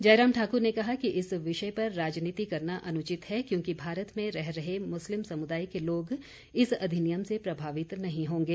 जयराम ठाक़्र ने कहा कि इस विषय पर राजनीति करना अनुचित है क्योंकि भारत में रह रहे मुस्लिम समुदाय के लोग इस अधिनियम से प्रभावित नहीं होंगे